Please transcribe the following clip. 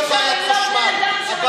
מי שגר במקום מסודר, אין לו בעיית חשמל.